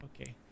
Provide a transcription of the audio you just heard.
Okay